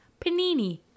panini